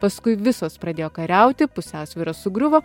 paskui visos pradėjo kariauti pusiausvyra sugriuvo